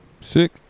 Sick